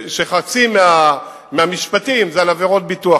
שחצי מהמשפטים זה על עבירות ביטוח.